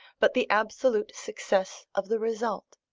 but the absolute success of the result.